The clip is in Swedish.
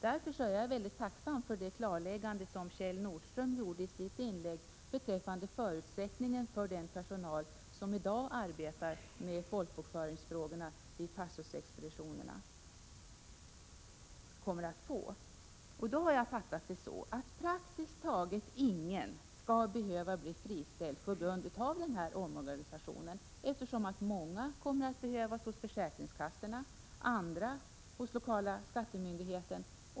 Därför är jag mycket tacksam för det klarläggande som Kjell Nordström gjorde i sitt inlägg beträffande förutsättningen för den personal som i dag arbetar med folkbokföringsfrågorna vid pastorsexpeditionerna att få behålla sitt arbete. Jag har uppfattat det så att praktiskt taget ingen skall behöva bli friställd på grund av omorganisationen, eftersom många kommer att behövas hos försäkringskassorna, andra hos lokala skattemyndigheten.